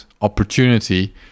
opportunity